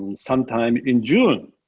and sometime in june.